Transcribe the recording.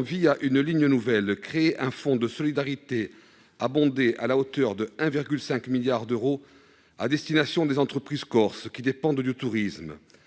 vise à créer, une ligne budgétaire nouvelle, un fonds de solidarité abondé à hauteur de 1,5 milliard d'euros à destination des entreprises corses qui dépendent du tourisme.